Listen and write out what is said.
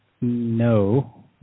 No